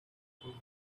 whose